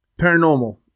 paranormal